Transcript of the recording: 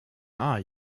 are